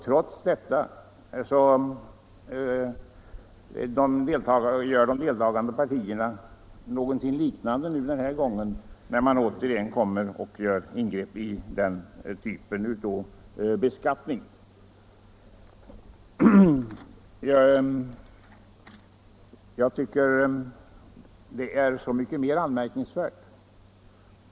Trots detta uppträder de deltagande partierna på liknande sätt denna gång när ingrepp återigen görs i denna typ av beskattning.